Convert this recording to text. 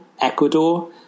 Ecuador